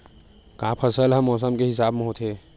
का फसल ह मौसम के हिसाब म होथे?